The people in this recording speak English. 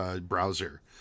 browser